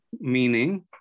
Meaning